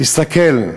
תסתכל,